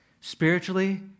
spiritually